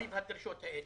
סביב הדרישות האלה.